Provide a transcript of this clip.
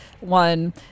one